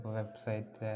website